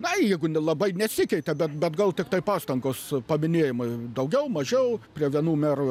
na jeigu labai nesikeitė bet bet gal tiktai pastangos paminėjimai daugiau mažiau prie vienų merų